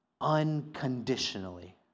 unconditionally